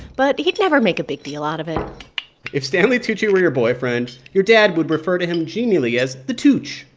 but he'd never make a big deal out of it if stanley tucci were your boyfriend, your dad would refer to him genially as the tooch.